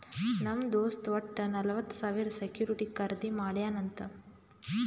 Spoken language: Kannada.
ನಮ್ ದೋಸ್ತ್ ವಟ್ಟ ನಲ್ವತ್ ಸಾವಿರ ಸೆಕ್ಯೂರಿಟಿ ಖರ್ದಿ ಮಾಡ್ಯಾನ್ ಅಂತ್